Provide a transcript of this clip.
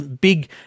big